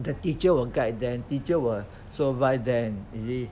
the teacher will guide them teacher would supervise them you see